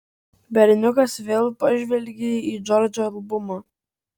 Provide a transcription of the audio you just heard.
berniukas vėl pažvelgė į džordžo albumą